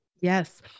yes